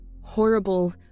Horrible